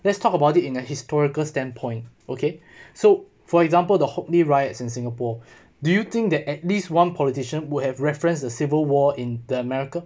let's talk about it in the historical standpoint okay so for example the Hock Lee riots in singapore do you think that at least one politician would have reference the civil war in the america